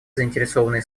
заинтересованные